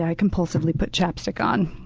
and compulsively put chapstick on.